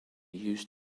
used